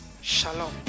Shalom